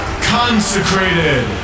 consecrated